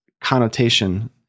connotation